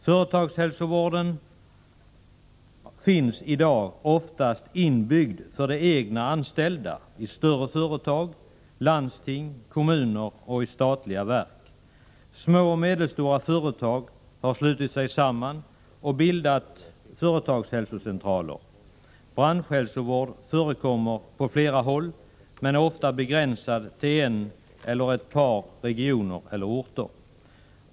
Företagshälsovården finns i dag oftast inbyggd för de egna anställda i större företag, landsting, kommuner och statliga verk. Små och medelstora företag har slutit sig samman och bildat företagshälsocentraler. Branschhälsovård förekommer på flera håll men är ofta begränsad till en eller ett par regioner eller orter.